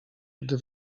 gdy